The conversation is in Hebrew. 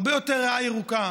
הרבה יותר ריאה ירוקה,